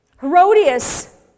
Herodias